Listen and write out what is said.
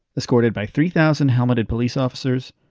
escorted by three thousand helmeted police officers,